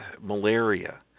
malaria